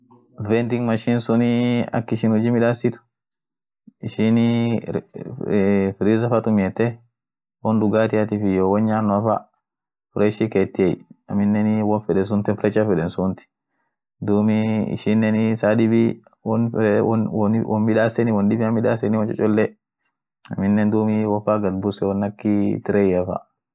pace maker n sunii ak ishin huji midaas. ininii woni tok electrical impacts yedeni, woni sunii woniit ergai, woniit erge dumii akum dursaa ak feden sun, akas doot ta dursaan dumii woni sun it ergite akishinii akum dursaa doot irinmurini au ihanketini akas doot